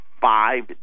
five